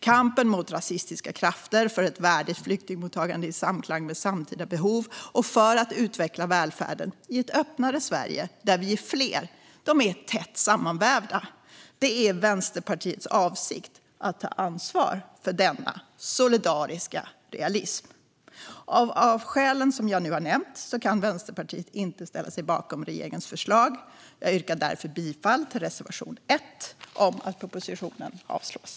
Kampen mot rasistiska krafter för ett värdigt flyktingmottagande i samklang med samtida behov och för att utveckla välfärden i ett öppnare Sverige där vi är fler är tätt sammanvävd. Det är Vänsterpartiets avsikt att ta ansvar för denna solidariska realism. Av de skäl jag nu har nämnt kan Vänsterpartiet inte ställa sig bakom regeringens förslag. Jag yrkar därför bifall till reservation 1 om att propositionen bör avslås.